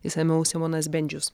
išsamiau simonas bendžius